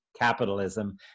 capitalism